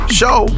show